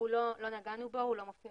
לא נגענו בו, הוא לא מופיע